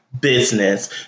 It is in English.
business